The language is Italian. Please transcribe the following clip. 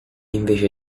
invece